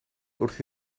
wrth